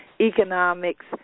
economics